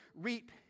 reap